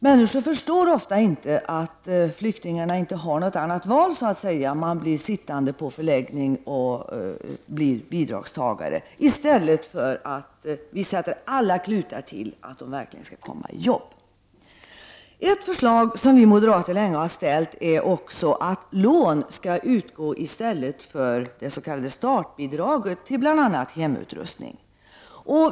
Människor förstår ofta inte att flyktingarna inte har något val. Man blir sittande på förläggningen och blir bidragstagare, i stället för att vi sätter till alla klutar för att de verkligen skall komma ut i arbete. Ett förslag som vi moderater länge har haft är också att lån skall utgå i stället för s.k. statsbidrag till bl.a. hemutrustning.